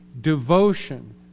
devotion